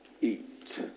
eat